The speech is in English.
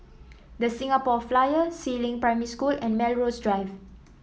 The Singapore Flyer Si Ling Primary School and Melrose Drive